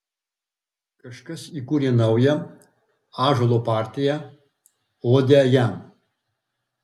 kažkas įkūrė naują ąžuolo partiją odę jam